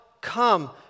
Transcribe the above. come